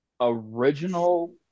original